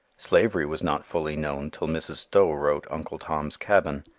slavery was not fully known till mrs. stowe wrote uncle tom's cabin,